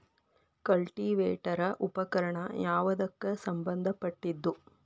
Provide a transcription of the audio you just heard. Cultivator ಉಪಕರಣ ಯಾವದಕ್ಕ ಸಂಬಂಧ ಪಟ್ಟಿದ್ದು?